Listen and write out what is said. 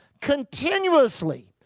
continuously